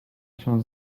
się